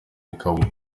bikaba